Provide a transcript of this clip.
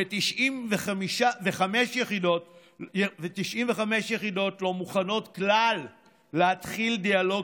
ו-95 יחידות לא מוכנות בכלל להתחיל דיאלוג